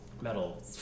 metal